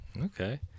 Okay